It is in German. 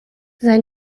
sein